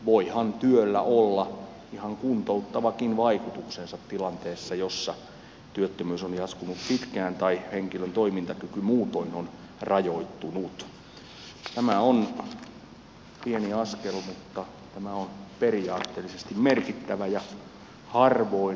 voihan työllä olla ihan kuntouttavakin vaikutuksensa tilanteessa jossa työttömyys on jatkunut pitkään tai henkilön toimintakyky muutoin on rajoittunut